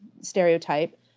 stereotype